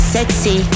Sexy